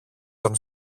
των